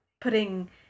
putting